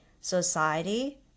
society